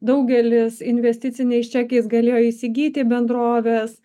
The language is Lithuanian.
daugelis investiciniais čekiais galėjo įsigyti bendroves